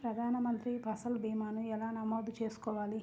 ప్రధాన మంత్రి పసల్ భీమాను ఎలా నమోదు చేసుకోవాలి?